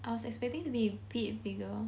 I was expecting it to be a bit bigger